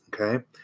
Okay